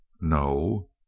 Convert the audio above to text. No